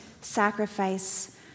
sacrifice